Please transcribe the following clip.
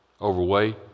overweight